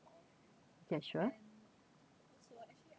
okay sure